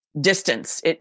distance